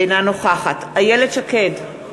אינה נוכחת איילת שקד,